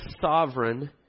sovereign